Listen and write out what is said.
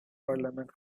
parliament